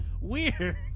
Weird